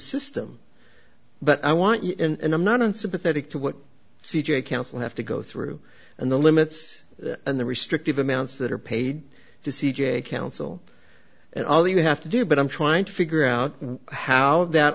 system but i want you and i'm not unsympathetic to what c j counsel have to go through and the limits and the restrictive amounts that are paid to c j counsel and all you have to do but i'm trying to figure out how that